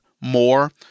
more